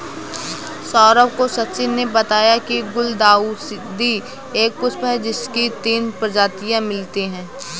सौरभ को सचिन ने बताया की गुलदाउदी एक पुष्प है जिसकी तीस प्रजातियां मिलती है